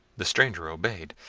the stranger obeyed,